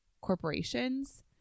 corporations